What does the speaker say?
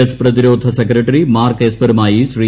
S പ്രതിരോധ secretary Mark എസ്പറുമായി ശ്രീ